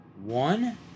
one